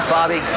Bobby